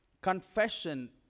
Confession